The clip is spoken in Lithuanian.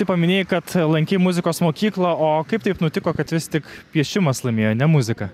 tu paminėjai kad lankei muzikos mokyklą o kaip taip nutiko kad vis tik piešimas laimėjo ne muzika